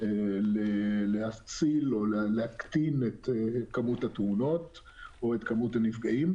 להקטין את מספר התאונות או את מספר נפגעים.